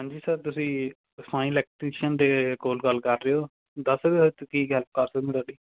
ਹਾਂਜੀ ਸਰ ਤੁਸੀਂ fine electrician ਦੇ ਕੋਲ ਗੱਲ ਕਰ ਰਹੇ ਹੋ